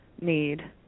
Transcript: need